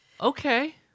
Okay